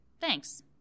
Thanks